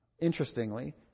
interestingly